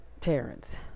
terrence